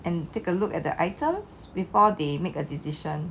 and take a look at the items before they make a decision